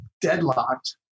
deadlocked